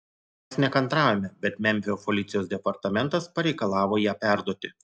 mes nekantraujame bet memfio policijos departamentas pareikalavo ją perduoti